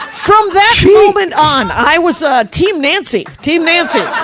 from that moment on, i was, ah, team nancy. team nancy. yeah